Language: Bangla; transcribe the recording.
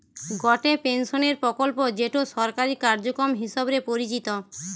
গটে পেনশনের প্রকল্প যেটো সরকারি কার্যক্রম হিসবরে পরিচিত